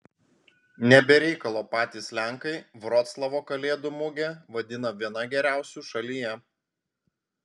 ne be reikalo patys lenkai vroclavo kalėdų mugę vadina viena geriausių šalyje